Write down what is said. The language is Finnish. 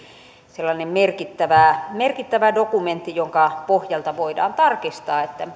sellainen merkittävä dokumentti jonka pohjalta voidaan tarkistaa